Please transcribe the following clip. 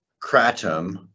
Kratom